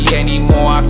anymore